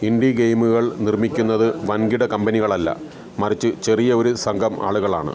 ഇൻഡീ ഗെയിമുകൾ നിർമ്മിക്കുന്നത് വൻകിട കമ്പനികളല്ല മറിച്ച് ചെറിയരു സംഘം ആളുകളാണ്